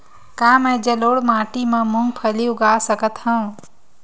का मैं जलोढ़ माटी म मूंगफली उगा सकत हंव?